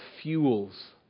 fuels